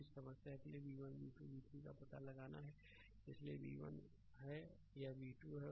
तो इस समस्या के लिए v1 v2 और v3 का पता लगाना है इसलिए यह v1 है यह v2 है और यह v3 है